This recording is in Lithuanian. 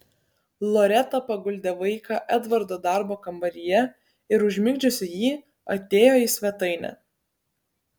loreta paguldė vaiką edvardo darbo kambaryje ir užmigdžiusi jį atėjo į svetainę